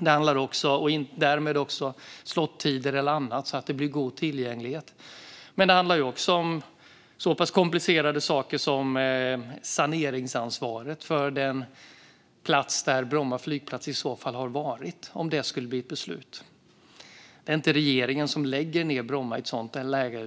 Det handlar därmed om slottider och annat, så att det blir god tillgänglighet. Men det handlar också om så pass komplicerade saker som saneringsansvaret för den plats där Bromma flygplats ligger om beslutet skulle bli att lägga ned den. Det är inte regeringen som lägger ned Bromma i ett sådant läge.